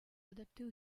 adaptées